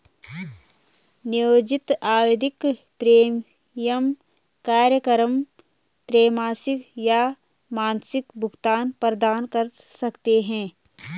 नियोजित आवधिक प्रीमियम कार्यक्रम त्रैमासिक या मासिक भुगतान प्रदान कर सकते हैं